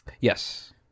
Yes